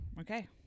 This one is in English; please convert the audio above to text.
Okay